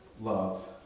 love